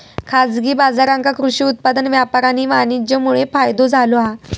खाजगी बाजारांका कृषि उत्पादन व्यापार आणि वाणीज्यमुळे फायदो झालो हा